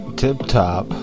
tip-top